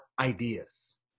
ideas